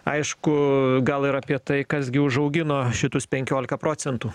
aišku gal ir apie tai kas gi užaugino šitus penkiolika procentų